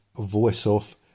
voice-off